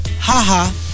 haha